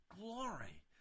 Glory